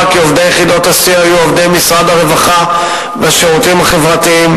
כי עובדי יחידות הסיוע יהיו עובדי משרד הרווחה והשירותים החברתיים,